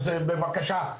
אז בבקשה,